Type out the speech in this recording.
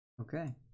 Okay